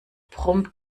brummt